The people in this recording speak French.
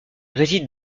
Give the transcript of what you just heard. réside